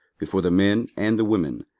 before the men and the women,